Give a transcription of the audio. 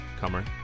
comer